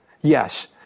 Yes